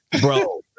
bro